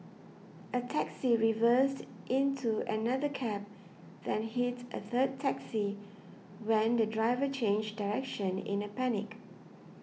a taxi reversed into another cab then hit a third taxi when the driver changed direction in a panic